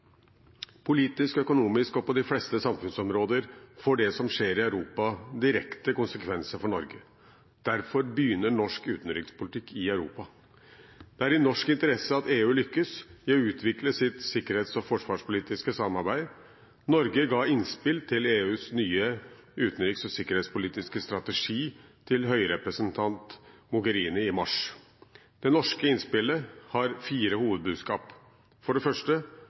Politisk, økonomisk og på de fleste samfunnsområder får det som skjer i Europa, direkte konsekvenser for Norge. Derfor begynner norsk utenrikspolitikk i Europa. Det er i norsk interesse at EU lykkes i å utvikle sitt sikkerhets- og forsvarspolitiske samarbeid. Norge ga innspill til EUs nye utenriks- og sikkerhetspolitiske strategi til høyrepresentant Mogherini i mars. Det norske innspillet har fire hovedbudskap. Det første